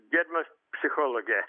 gerbiamas psichologe